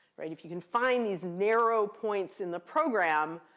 if you can find these narrow points in the program,